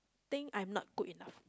think I'm not good enough